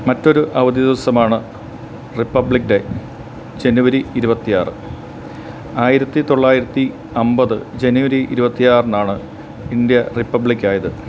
മറ്റൊരു അവധി ദിവസമാണ് റിപ്പബ്ലിക് ഡേ ജനുവരി ഇരുപത്തി ആറ് ആയിരത്തി തൊള്ളായിരത്തി അമ്പത് ജനുവരി ഇരുപത്തി ആറിനാണ് ഇന്ത്യ റിപ്പബ്ലിക് ആയത്